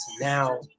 now